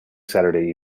saturday